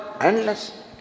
Endless